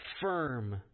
firm